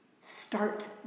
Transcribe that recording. Start